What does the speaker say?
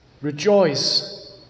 Rejoice